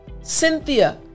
Cynthia